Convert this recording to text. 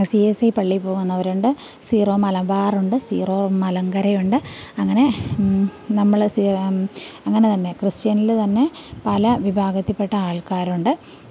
C S C പള്ളിയിൽ പോകുന്നവരുണ്ട് Syro മലബാറുണ്ട് സീറോ മലങ്കരയുണ്ട് അങ്ങനെ നമ്മള് പിന്നെ ക്രിസ്ത്യനില് തന്നെ പല വിഭാഗത്തിൽപ്പെട്ട ആൾക്കാരുണ്ട്